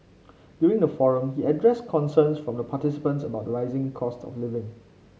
during the forum he addressed concerns from participants about the rising cost of living